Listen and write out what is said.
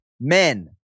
Men